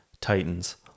Titans